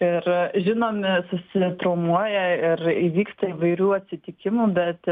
ir žinomi susitraumuoja ir įvyksta įvairių atsitikimų bet